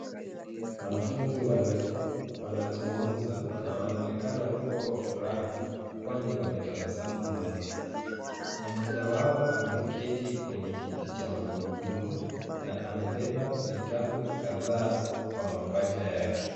Wanafunzi wanne wanazungumza na wanaonekana kuwa wa furaha kwani wametabasamu mno. Mmoja wao ameketi kwenye kiti cha magurudumu na amebeba vitabu kadhaa kwa mapaja yake.